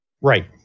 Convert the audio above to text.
Right